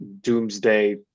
doomsday